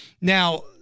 Now